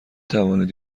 توانید